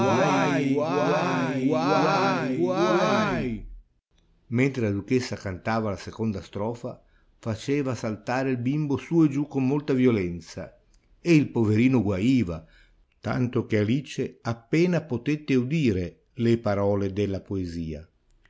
mentre la duchessa cantava la seconda strofa faceva saltare il bimbo su e giù con molta violenza e il poverino guaiva tanto che alice appena potette udire le parole della poesia